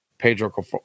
Pedro